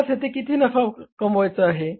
आपणास येथे किती नफा कमवायचा आहे